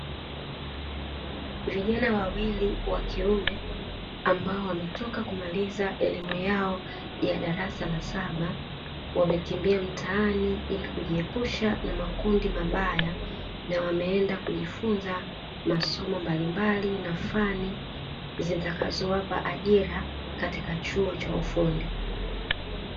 Vijana wawili wa kiume, ambao wametoka kumaliza elimu yao ya darasa la saba, wamekimbia mtaani ili kujiepushà na makundi mabaya, na wameenda kujfunza masomo mbalimbali na fani zitakazowapa ajira katika chuo cha ufundi.